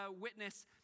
witness